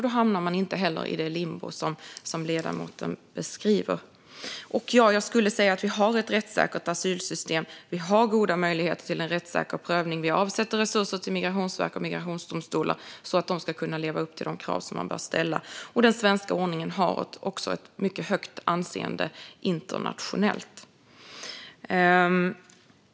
Då hamnar man inte heller i det limbo som ledamoten beskriver. Jag skulle säga att vi har ett rättssäkert asylsystem, och vi har goda möjligheter till en rättssäker prövning. Vi avsätter resurser till Migrationsverket och migrationsdomstolar, så att de ska kunna leva upp till de krav som man bör ställa. Den svenska ordningen har också ett mycket högt anseende internationellt.